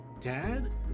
Dad